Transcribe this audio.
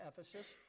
Ephesus